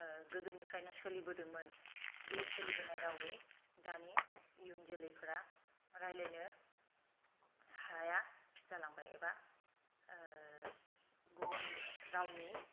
गोदोनिफ्रायनो सोलिबोदोंमोन बे सोलिबोनाय रावै दानि इयुन जोलैफोरा रायलायनो हाया जालांबाय एबा गुबुन रावनि